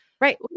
right